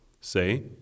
Say